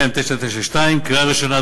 מ/992, קריאה ראשונה.